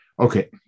Okay